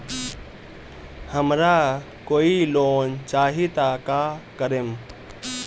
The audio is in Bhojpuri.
हमरा कोई लोन चाही त का करेम?